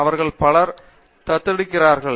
அவர்களை பலர் தத்தெடுக்கிறார்கள்